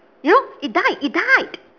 you know it died it died